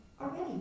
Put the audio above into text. already